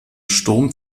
sturm